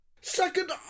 Second